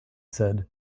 said